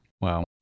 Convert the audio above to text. Wow